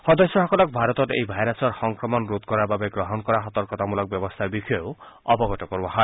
সদস্যসকলক ভাৰতত এই ভাইৰাছৰ সংক্ৰমণ ৰোধ কৰাৰ বাবে গ্ৰহণ কৰা সতৰ্কতামূলক ব্যৱস্থাৰ বিষয়েও অৱগত কৰোৱা হয়